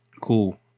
Cool